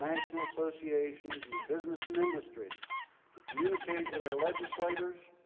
national associations, and in business and industry to communicate with our legislators,